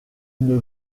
une